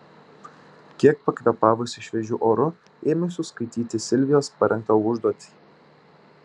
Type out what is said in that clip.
kiek pakvėpavusi šviežiu oru ėmiausi skaityti silvijos parengtą užduotį